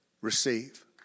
receive